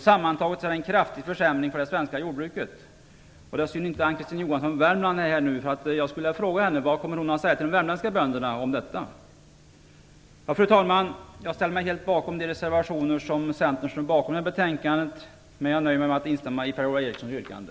Sammantaget är detta en kraftig försämring för det svenska jordbruket. Det är synd att Ann-Kristine Johansson från Värmland inte är här nu. Jag skulle vilja fråga henne vad hon kommer att säga till de värmländska bönderna om detta. Fru talman! Jag ställer mig bakom de reservationer som Centern har i detta betänkande, men jag nöjer mig med att instämma i Per-Ola Erikssons yrkande.